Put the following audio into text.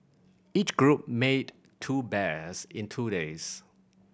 each group made two bears in two days